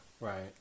Right